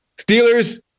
Steelers